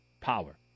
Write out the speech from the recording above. power